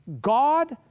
God